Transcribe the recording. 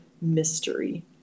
mystery